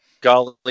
golly